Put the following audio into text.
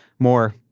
more,